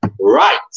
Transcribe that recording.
Right